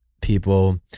people